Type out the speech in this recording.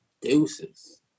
Deuces